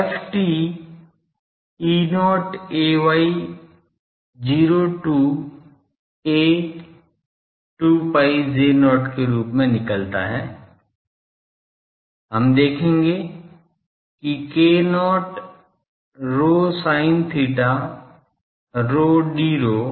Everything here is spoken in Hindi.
तो ft E0 ay 0 to a 2 pi J0 के रूप में निकलता है हम देखेंगे कि k0 ρ sin theta rho d rho